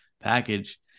package